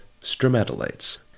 stromatolites